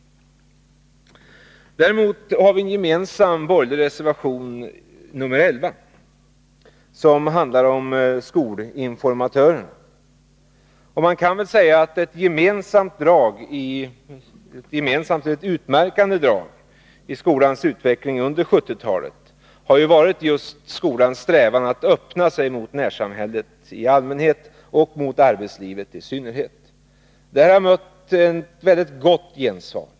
Vidare finns en gemensam borgerlig reservation, nr 11, som handlar om skolinformatörerna. Ett utmärkande drag i skolans utveckling under 1970-talet har varit just skolans strävan att öppna sig mot närsamhället i allmänhet och arbetslivet i synnerhet. Detta har mött ett mycket gott gensvar.